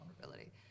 vulnerability